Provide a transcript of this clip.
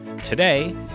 Today